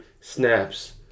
snaps